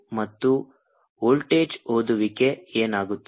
ಮತ್ತು ವೋಲ್ಟೇಜ್ ಓದುವಿಕೆ ಏನಾಗುತ್ತದೆ